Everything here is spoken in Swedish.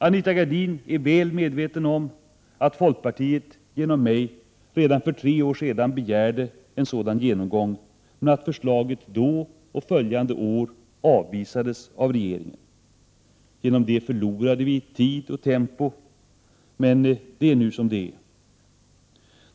Anita Gradin är väl medveten om att folkpartiet genom mig redan för tre år sedan begärde en sådan genomgång, men att förslaget då och följande år avvisades av regeringen. Till följd av detta förlorade vi tid och tempo, men det är nu som det är.